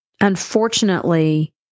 unfortunately